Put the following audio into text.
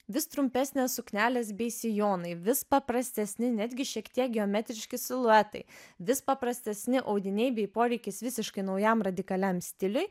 vis trumpesnės suknelės bei sijonai vis paprastesni netgi šiek tiek geometriški siluetai vis paprastesni audiniai bei poreikis visiškai naujam radikaliam stiliui